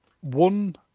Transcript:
one